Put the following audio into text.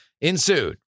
ensued